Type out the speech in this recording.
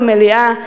במליאה,